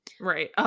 Right